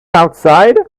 outside